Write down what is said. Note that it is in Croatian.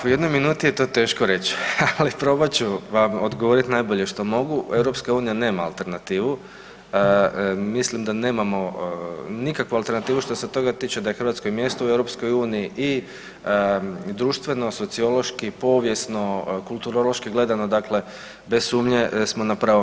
Ah, u jednoj minuti je to teško reći, ali probat ću vam odgovoriti najbolje što mogu, EU nama alternativu, mislim da nemamo nikakvu alternativu što se toga tiče da je Hrvatskoj mjesto u EU i društveno, sociološki, povijesno, kulturološki gledano dakle bez sumnje smo na pravom